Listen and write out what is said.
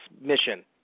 mission